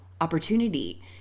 opportunity